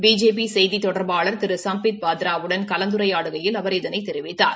BJP செய்தி தொடர்பாளர் திரு சும்பித் பாத்ராவுடன் கலந்துரையாடுகைளில் அவர் இதனைத் தெரிவித்தார்